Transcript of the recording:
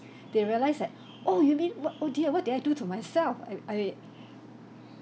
they realise that oh you mean what oh dear what did I do to myself I I